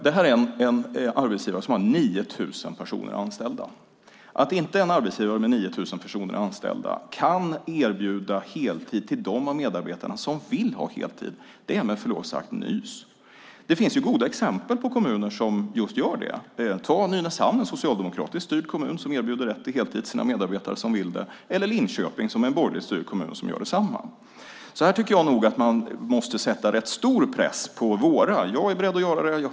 Det här är en arbetsgivare som har 9 000 personer anställda. Att inte en arbetsgivare med 9 000 personer anställda kan erbjuda heltid till dem av medarbetarna som vill ha heltid är med förlov sagt nys. Det finns goda exempel på kommuner som gör det. Nynäshamn, en socialdemokratiskt styrd kommun, erbjuder heltid till de medarbetare som vill det. Linköping, en borgerligt styrd kommun, gör detsamma. Här tycker jag nog att man måste sätta rätt stor press på våra kommuner. Jag är beredd att göra det.